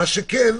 מה שכן,